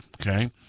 Okay